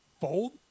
fold